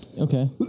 Okay